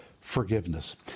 Forgiveness